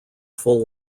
full